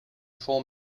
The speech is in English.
full